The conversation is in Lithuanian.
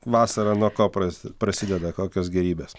vasarą nuo ko pras prasideda kokios gėrybės